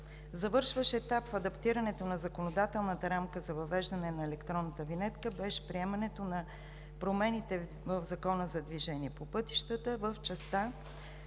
Завършващ етап в адаптирането на законодателната рамка за въвеждане на електронната винетка беше приемането на промените в Закона за движение по пътищата в частта